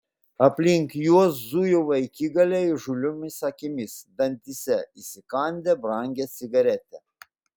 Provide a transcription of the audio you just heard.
aplink juos zujo vaikigaliai įžūliomis akimis dantyse įsikandę brangią cigaretę